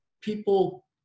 people